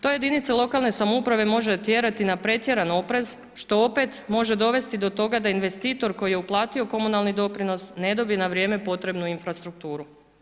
To jedinice lokalne samouprave može tjerati na pretjerani oprez što opet može dovesti do toga da investitor koji je uplatio komunalni doprinos ne dobi na vrijeme potrebnu infrastrukturu.